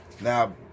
Now